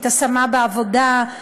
השמה בעבודה,